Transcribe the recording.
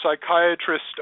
psychiatrist